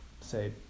say